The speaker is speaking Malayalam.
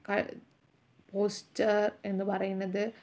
പോസ്റ്റർ എന്നു പറയുന്നത്